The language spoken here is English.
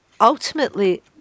ultimately